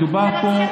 מדובר פה,